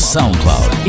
SoundCloud